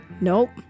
nope